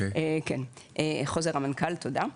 תודה.